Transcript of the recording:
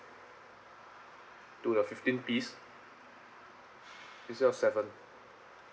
to the fifteen piece instead of seven